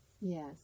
yes